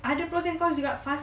ada pros and cons juga fast